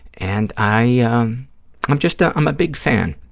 and i, ah um i'm just, ah i'm a big fan,